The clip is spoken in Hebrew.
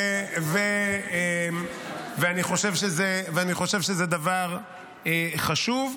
אני חושב שזה דבר חשוב.